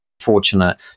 fortunate